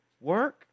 work